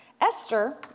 Esther